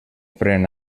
pren